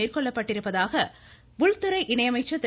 மேற்கொள்ளப்பட்டிருப்பதாக உள்துறை இணையமைச்சர் திரு